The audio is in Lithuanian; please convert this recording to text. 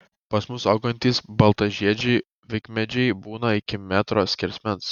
pas mus augantys baltažiedžiai vikmedžiai būna iki metro skersmens